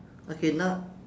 okay now